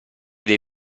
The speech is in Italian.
dei